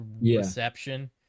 reception